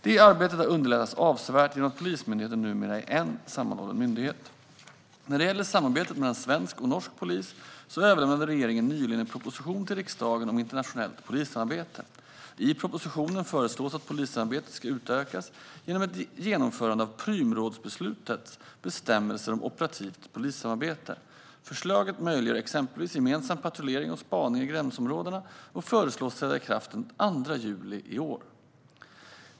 Det arbetet har underlättats avsevärt genom att Polismyndigheten numera är en sammanhållen myndighet. När det gäller samarbetet mellan svensk och norsk polis överlämnade regeringen nyligen en proposition till riksdagen om internationellt polissamarbete. I propositionen föreslås att polissamarbetet ska utökas genom ett genomförande av Prümrådsbeslutets bestämmelser om operativt polissamarbete. Förslaget möjliggör exempelvis gemensam patrullering och spaning i gränsområdena och föreslås träda i kraft den 2 juli i år.